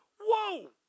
Whoa